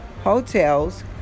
hotels